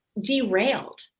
derailed